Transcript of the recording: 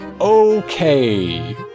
Okay